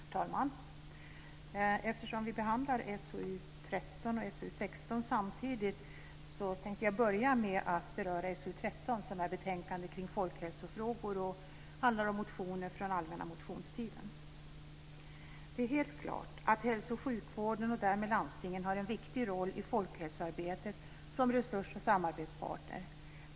Herr talman! Eftersom vi behandlar SoU13 och SoU16 samtidigt tänkte jag börja med att beröra Det är helt klart att hälso och sjukvården och därmed landstingen har en viktig roll i folkhälsoarbetet som resurs och samarbetspartner.